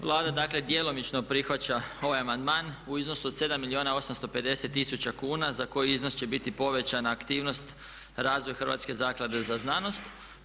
Vlada dakle djelomično prihvaća ovaj amandman u iznosu od 7 milijuna i 850 tisuća kuna za koji iznos će biti povećana aktivnost, razvoj Hrvatske zaklade za znanost.